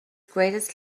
greatest